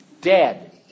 Dead